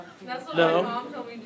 No